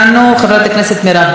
חברת הכנסת מירב בן ארי,